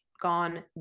gone